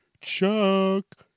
Chuck